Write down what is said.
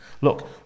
Look